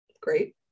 Great